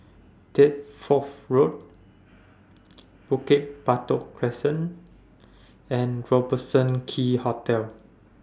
Deptford Road Bukit Batok Crescent and Robertson Quay Hotel